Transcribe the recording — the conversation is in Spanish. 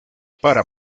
para